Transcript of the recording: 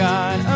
God